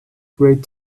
great